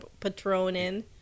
Patronin